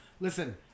Listen